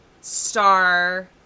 star